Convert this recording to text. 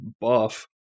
buff